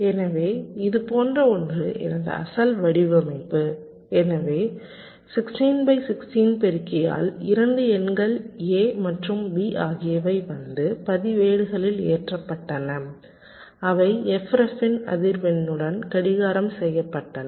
எனவே இதுபோன்ற ஒன்று எனது அசல் வடிவமைப்பு எனவே 16 பை 16 பெருக்கியில் 2 எண்கள் A மற்றும் B ஆகியவை வந்து பதிவேடுகளில் ஏற்றப்பட்டன அவை f ref இன் அதிர்வெண்ணுடன் கடிகாரம் செய்யப்பட்டன